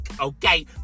okay